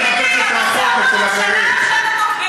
תגיד לי, אתה שר בממשלה, או שאתה טוקבקיסט?